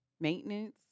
maintenance